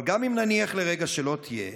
אבל גם אם נניח לרגע שלא תהיה,